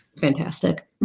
fantastic